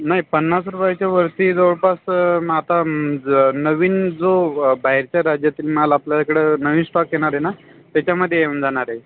नाही पन्नास रूपायावरती जवळपास अ आता ज नवीन जो बाहेरच्या राज्यातून माल आपल्याकडं नवीन स्टॉक येणार आहे ना त्याच्यामधे येऊन जाणार आहे